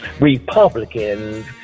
Republicans